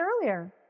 earlier